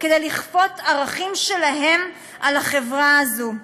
כדי לכפות ערכים שלהם על החברה הזאת.